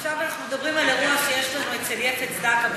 עכשיו אנחנו מדברים על אירוע שיש לנו אצל יפת צדקה.